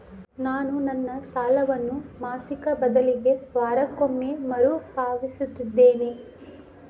ನಾನು ನನ್ನ ಸಾಲವನ್ನು ಮಾಸಿಕ ಬದಲಿಗೆ ವಾರಕ್ಕೊಮ್ಮೆ ಮರುಪಾವತಿಸುತ್ತಿದ್ದೇನೆ